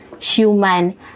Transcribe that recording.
human